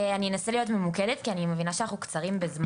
אני אנסה להיות ממוקדת כי אני מבינה שאנחנו קצרים בזמן.